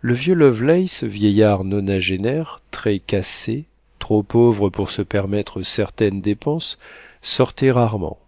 le vieux lovelace vieillard nonagénaire très cassé trop pauvre pour se permettre certaines dépenses sortait rarement